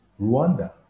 Rwanda